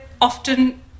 often